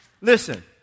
Listen